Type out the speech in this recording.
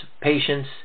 patience